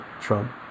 Trump